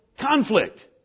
conflict